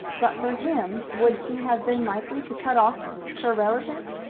but for him would she have been likely to cut off her relatives?